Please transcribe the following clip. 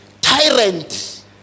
Tyrant